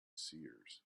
seers